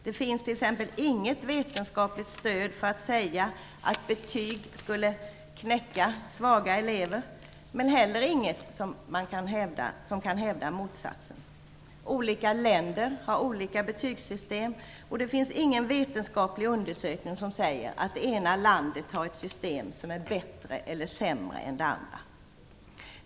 Det finns t.ex. inget vetenskapligt stöd för att säga att betyg skulle "knäcka" svaga elever, men ingen kan heller hävda motsatsen. Olika länder har olika system, och det finns ingen vetenskaplig undersökning som säger att det ena landet har ett system som är bättre eller sämre än det andra.